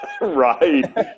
Right